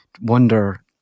wonder